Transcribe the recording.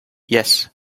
yes